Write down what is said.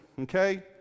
okay